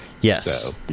Yes